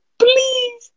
please